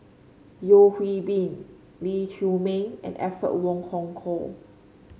Yeo Hwee Bin Lee Chiaw Ming and Alfred Wong Hong Kwok